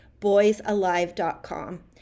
boysalive.com